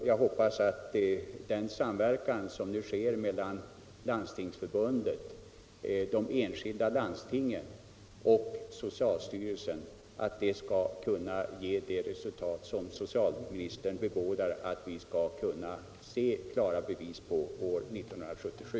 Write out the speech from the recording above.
Jag hoppas att den samverkan som nu sker mellan Landstingsförbundet, de enskilda landstingen och socialstyrelsen skall kunna ge det resultat som socialministern bebådar att vi skall kunna se klara bevis på år 1977.